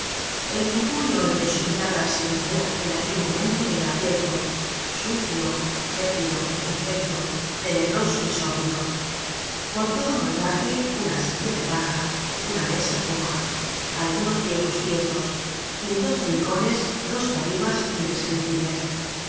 el tugurio en que su mirada se hundia en aquel momento era abyecto sucio fétido infecto tenebroso y sórdido por todo mueblaje una silla de paja una mesa coja algunos viejos tiestos y en dos rincones dos tarimas indescriptibles